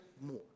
more